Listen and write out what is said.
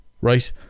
...right